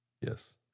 Yes